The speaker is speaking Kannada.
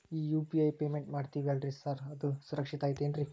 ಈ ಯು.ಪಿ.ಐ ಪೇಮೆಂಟ್ ಮಾಡ್ತೇವಿ ಅಲ್ರಿ ಸಾರ್ ಅದು ಸುರಕ್ಷಿತ್ ಐತ್ ಏನ್ರಿ?